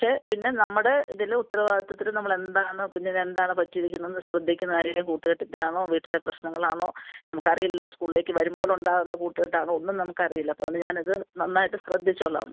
പക്ഷെ പിന്നെ നമ്മുടെ ഇതിൽ ഉത്തരവാദിത്വത്തിൽ നമ്മളെന്താണ് കുഞ്ഞിനെന്താണ് പറ്റിയിരിക്കുന്നത് എന്ന് ശ്രദ്ധിക്കുന്നതായിരിക്കും കൂട്ടുകെട്ടിൻ്റെ ആണോ വീട്ടിലെ പ്രശ്നങ്ങളാണോ നമുക്ക് അറിയില്ലല്ലോ സ്കൂളിലേക്ക് വരുമ്പളുണ്ടാവുന്ന കൂട്ടുകെട്ടാണോ ഒന്നും നമുക്ക് അറിയില്ല അപ്പോൾ അതുകൊണ്ട് ഞാനത് നന്നായിട്ട് ശ്രദ്ധിച്ചോളാം